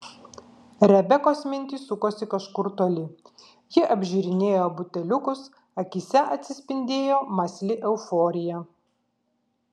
rebekos mintys sukosi kažkur toli ji apžiūrinėjo buteliukus akyse atsispindėjo mąsli euforija